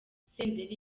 senderi